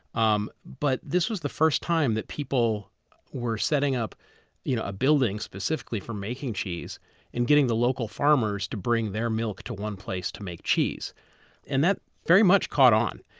um but this was the first time that people were setting up you know a building specifically for making cheese and getting the local farmers to bring their milk to one place to make cheese and that very much caught on.